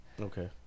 Okay